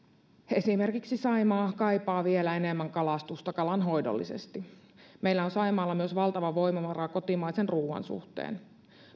esimerkiksi saimaa kaipaa vielä enemmän kalastusta kalanhoidollisesti meillä on saimaalla myös valtava voimavara kotimaisen ruoan suhteen